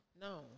No